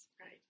Right